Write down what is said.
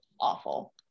awful